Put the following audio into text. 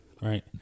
Right